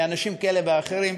מאנשים כאלה ואחרים,